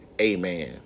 Amen